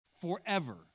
forever